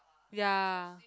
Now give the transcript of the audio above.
ya